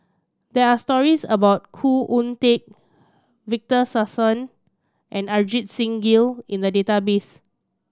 there are stories about Khoo Oon Teik Victor Sassoon and Ajit Singh Gill in the database